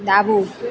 ડાબું